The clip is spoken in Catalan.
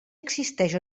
existeix